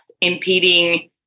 impeding